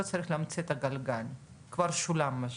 לא צריך להמציא את הגלגל, זה כבר שולם מה שנקרא,